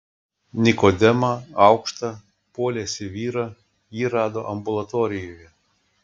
nikodemą aukštą poliesį vyrą ji rado ambulatorijoje